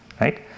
right